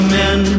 men